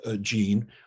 gene